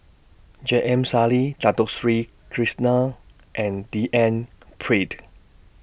J M Sali Dato Sri Krishna and D N Pritt